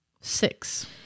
Six